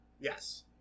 Yes